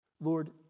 Lord